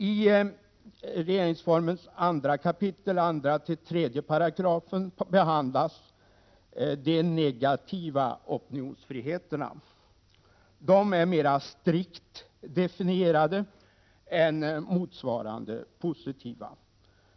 I regeringsformens 2 kap. 2 och 3 §§ behandlas de negativa opinionsfriheterna. De är mera strikt definierade än motsvarande positiva friheter.